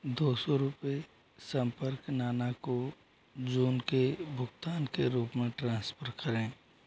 दो सौ रुपये सम्पर्क नाना को जून के भुगतान के रूप में ट्रांसफ़र करें